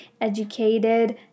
educated